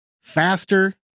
faster